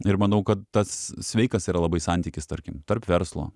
ir manau kad tas sveikas yra labai santykis tarkim tarp verslo